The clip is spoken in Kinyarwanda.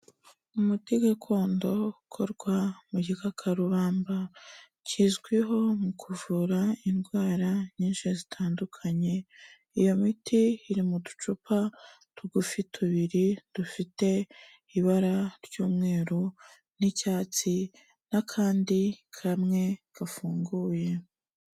Umuti gakondo ukorwa mu gikakarubamba kizwiho mu kuvura indwara nyinshi zitandukanye, iyo miti iri mu ducupa tugufi tubiri dufite ibara ry'umweru n'icyatsi n'akandi kamwe gafunguye.